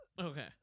Okay